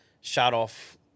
shut-off